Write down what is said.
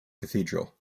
cathedral